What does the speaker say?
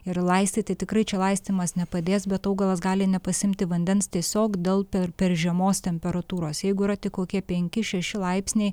ir laistyti tikrai čia laistymas nepadės bet augalas gali nepasiimti vandens tiesiog dėl per per žemos temperatūros jeigu yra tik kokie penki šeši laipsniai